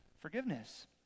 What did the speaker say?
forgiveness